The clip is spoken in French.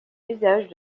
usages